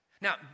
Now